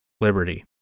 liberty